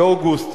באוגוסט,